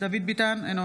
דן אילוז,